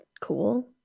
cool